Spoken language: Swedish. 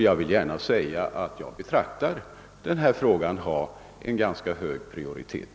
Jag vill gärna förklara att jag anser denna fråga ha en ganska hög prioritet.